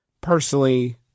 personally